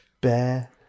Bear